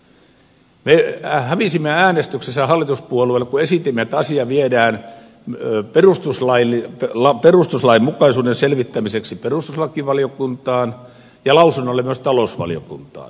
me hävisimme äänestyksessä hallituspuolueille kun esitimme että asia viedään perustuslainmukaisuuden selvittämiseksi perustuslakivaliokuntaan ja lausunnolle myös talousvaliokuntaan